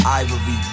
ivory